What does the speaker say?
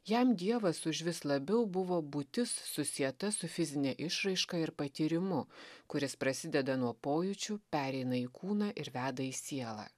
jam dievas užvis labiau buvo būtis susieta su fizine išraiška ir patyrimu kuris prasideda nuo pojūčių pereina į kūną ir veda į sielą